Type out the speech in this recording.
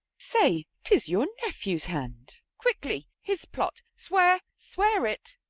say tis your nephew's hand. quickly, his plot, swear, swear it!